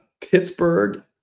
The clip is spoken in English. Pittsburgh